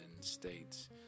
states